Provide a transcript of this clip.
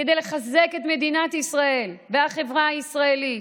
כדי לחזק את מדינת ישראל והחברה הישראלית,